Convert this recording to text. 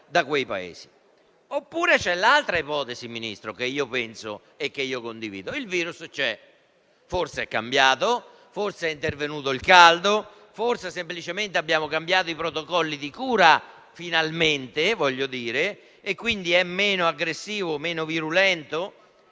da quei Paesi. Oppure c'è l'altra ipotesi che io considero, Ministro, e che condivido: il virus c'è; forse è cambiato, forse è intervenuto il caldo, forse semplicemente abbiamo cambiato i protocolli di cura - finalmente, aggiungo - e quindi è meno aggressivo, meno virulento,